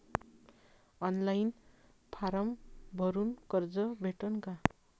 Online form भरून कर्ज भेटन का?